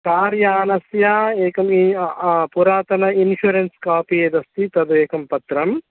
कार्यानस्य एकम् पुरातनम् इन्शुरेन्स् कापि यदस्ति तदेकं पत्रम्